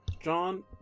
John